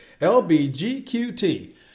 L-B-G-Q-T